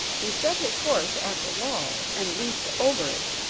he set his horse at the wall and leaped over it.